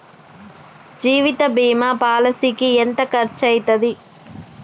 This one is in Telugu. జీవిత బీమా పాలసీకి ఎంత ఖర్చయితది?